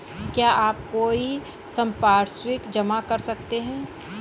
क्या आप कोई संपार्श्विक जमा कर सकते हैं?